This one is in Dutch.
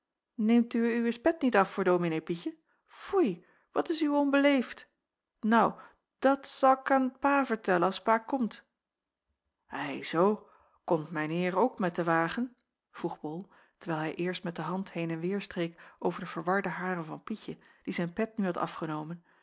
uwees pet niet af voor dominee pietje foei wat is uwee onbeleefd nou dat za'k aan pa vertellen as pa komt i zoo komt mijn heer ook met den wagen vroeg bol terwijl hij eerst met de hand heen en weêr streek over de verwarde haren van pietje die zijn pet nu had afgenomen